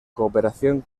cooperación